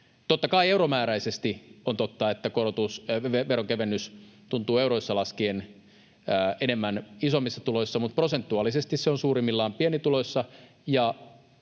Totta kai euromääräisesti on totta, että veronkevennys tuntuu euroissa laskien enemmän isommissa tuloissa, mutta prosentuaalisesti se on suurimmillaan pienissä tuloissa,